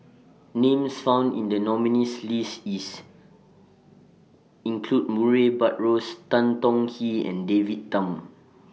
Names found in The nominees' list IS include Murray Buttrose Tan Tong Hye and David Tham